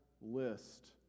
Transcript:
list